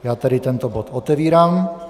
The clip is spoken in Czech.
Já tedy tento bod otevírám.